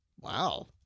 Wow